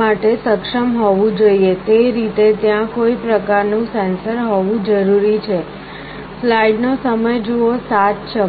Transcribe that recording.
માટે સક્ષમ હોવું જોઈએ તે રીતે ત્યાં કોઈ પ્રકાર નું સેન્સર હોવું જરૂરી છે